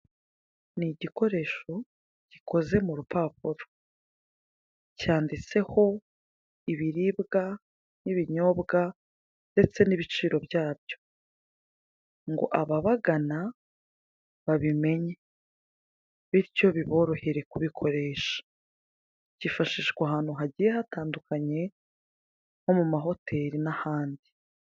Ni igikoresho gikoze mu rupapuro cyanditseho ibiribwa n'ibinyobwa ndetse n'ibiciro byabyo, ngo ababagana babimenye bityo biborohere kubikoresha kifashishwa ahantu hagiye hatandukanye nko mu mahoteli n'ahandi.